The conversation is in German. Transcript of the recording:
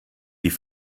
die